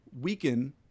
weaken